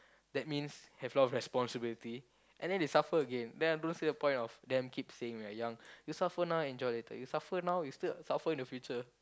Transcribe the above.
that means have a lot of responsibility and then they suffer again then I don't see the point of them keeping saying we're young you suffer now enjoy later you suffer now you still suffer in the future